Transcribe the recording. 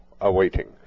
awaiting